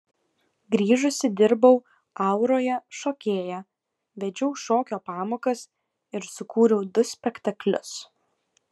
grįžusi dirbau auroje šokėja vedžiau šokio pamokas ir sukūriau du spektaklius